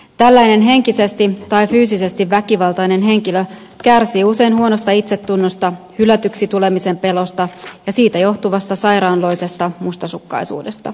tällainen henkisesti tai fyysisesti väkivaltainen henkilö kärsii usein huonosta itsetunnosta hylätyksi tulemisen pelosta ja siitä johtuvasta sairaalloisesta mustasukkaisuudesta